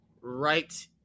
right